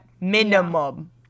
minimum